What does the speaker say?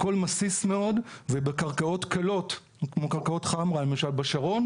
הכול מסיס מאוד ובקרקעות קלות כמו קרקעות חמרה למשל בשרון.